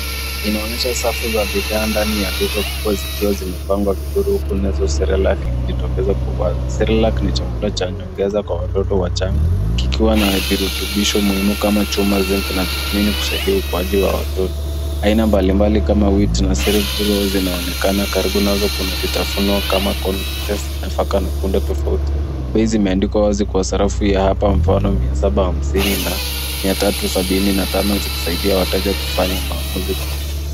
Inaonyesha safu ya bidhaa ndani ya duka kubwa zikiwa zimepangwa vizuri huku nesttle cerelac ikijitokeza kwa wazi. Cerelac ni chakula cha nyongeza kwa watoto wachanga kikiwa na virutubisho muhimu kama chuma zinki na vitamini kusaidia ukuaji wa watoto. Aina mbalimbali kama wheat na ceregrow zinaonekana. Karibu nazo kuna vitafuno kama concises nafaka na kunde tofauti. Bei zimeandikwa wazi kwa msasarafu wa hapa mfano mia saba hamsini na mia tatu sabini na tano zikisaidia wateja kufanya maamuzi kwa urahisi.